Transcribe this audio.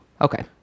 Okay